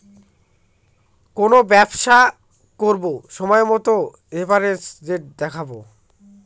কোনো ব্যবসা করবো সময় মতো রেফারেন্স রেট দেখাবো